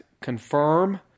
confirm